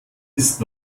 ist